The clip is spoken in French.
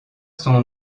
son